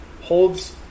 Holds